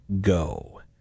go